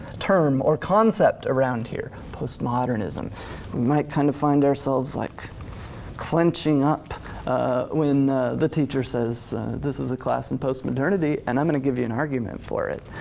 term or concept around here, post-modernism. we might kind of find ourselves like clenching up when the teacher says this is a class in post-modernity, and i'm gonna give you an argument for it.